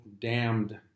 damned